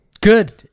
good